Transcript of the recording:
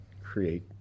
create